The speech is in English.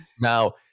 Now